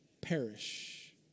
perish